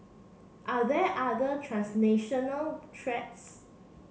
are there other transnational threats